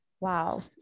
wow